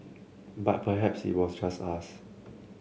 but perhaps it was just us